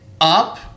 up